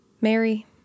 Mary